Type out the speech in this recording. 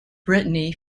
brittany